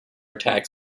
attack